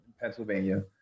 Pennsylvania